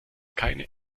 keine